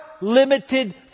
limited